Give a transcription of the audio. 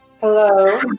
Hello